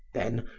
then,